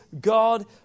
God